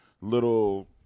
little